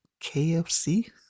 KFC